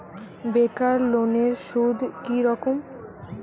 বেকার লোনের সুদ কি রকম?